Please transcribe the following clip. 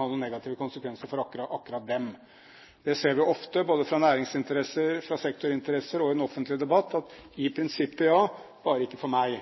ha noen negative konsekvenser for akkurat dem. Vi ser det ofte, både fra næringsinteresser, fra sektorinteresser og i den offentlige debatt, at i prinsippet ja, bare ikke for meg.